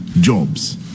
jobs